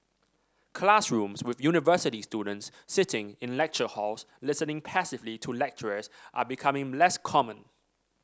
classrooms with university students sitting in lecture halls listening passively to lecturers are becoming less common